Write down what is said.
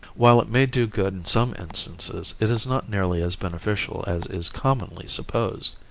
while it may do good in some instances, it is not nearly as beneficial as is commonly supposed.